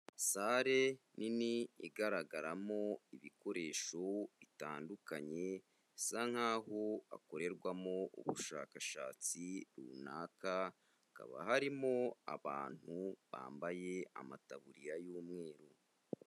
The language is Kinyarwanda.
Sale nini igaragaramo ibikoresho bitandukanye bisa nk'aho hakorerwamo ubushakashatsi runaka, hakaba harimo abantu bambaye amataburiya y'umweru.